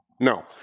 No